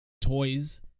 toys